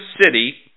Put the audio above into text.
city